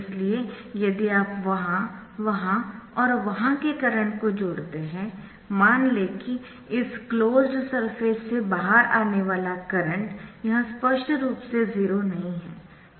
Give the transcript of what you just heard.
इसलिए यदि आप वहां वहां और वहां के करंट को जोड़ते है मान ले की इस क्लोज्ड सरफेस से बाहर आने वाला करंट यह स्पष्ट रूप से 0 नहीं है